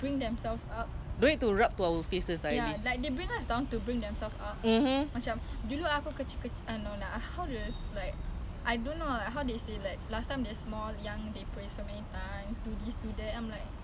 eh oh my god kalau tak jadi riak pun allah tak terima sia so allah sendiri dah tahu apa kau tengah buat dia dah tahu apa kau akan buat so the more you share to people macam eh kau tahu tak aku solat sia eh lima waktu sia